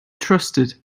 trusted